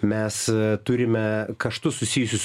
mes turime kaštus susijusius